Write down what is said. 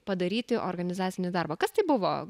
padaryti organizacinį darbą kas tai buvo